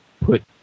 put